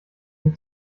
mir